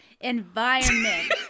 environment